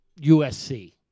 USC